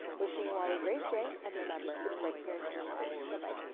wishing you all a great day and remember it's right here in miramar. but bye,